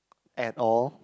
at all